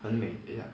很美等下